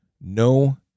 no